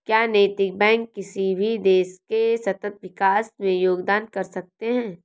क्या नैतिक बैंक किसी भी देश के सतत विकास में योगदान कर सकते हैं?